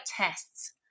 tests